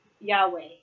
Yahweh